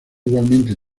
igualmente